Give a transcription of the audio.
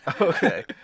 Okay